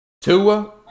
Tua